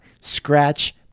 scratch